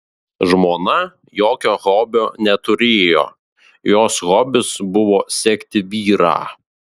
žmona jokio hobio neturėjo jos hobis buvo sekti vyrą